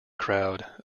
crowd